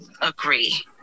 agree